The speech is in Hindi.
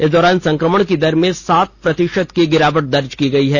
इस दौरान संक्रमण की दर में सात प्रतिशत की गिरावट दर्ज की गई है